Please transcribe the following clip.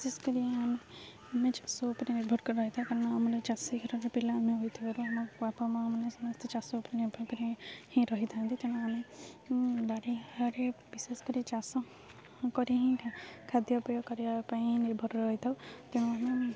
ବିଶେଷ କରି ଆମେ ଚାଷ ଉପରେ ନିର୍ଭର କରି ରହିଥାଉ କାରଣ ଆମେମାନେ ଚାଷୀ ଘରର ପିଲା ଆମେ ହୋଇଥିବାରୁ ଆମ ବାପା ମା ମାନେ ସମସ୍ତେ ଚାଷ ଉପରେ ନିର୍ଭର କରି ହିଁ ରହିଥାନ୍ତି ତେଣୁ ଆମେ ବାରିଆଡ଼ରେ ବିଶେଷ କରି ଚାଷ କରି ହିଁ ଖାଦ୍ୟପେୟ କରିବା ପାଇଁ ହିଁ ନିର୍ଭର ରହିଥାଉ ତେଣୁ ଆମେ